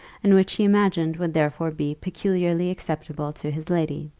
and which he imagined would therefore be peculiarly acceptable to his lady.